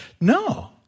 No